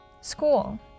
school